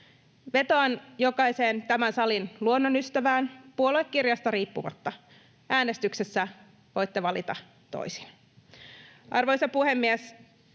Vetoan jokaiseen tämän salin luonnonystävään puoluekirjasta riippumatta: äänestyksessä voitte valita toisin. Arvoisa puhemies!